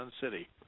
City